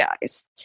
guys